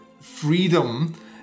freedom